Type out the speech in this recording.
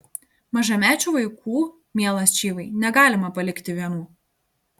mažamečių vaikų mielas čyvai negalima palikti vienų